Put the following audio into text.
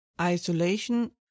Isolation